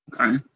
Okay